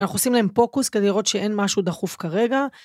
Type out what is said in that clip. אנחנו עושים להם פוקוס כדי לראות שאין משהו דחוף כרגע.